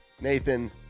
Nathan